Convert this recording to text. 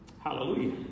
Hallelujah